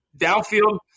downfield